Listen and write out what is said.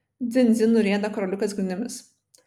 dzin dzin nurieda karoliukas grindimis